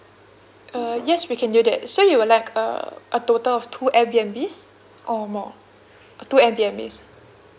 err yes we can get that so you would like err a total of two Airbnbs or more uh two Airbnbs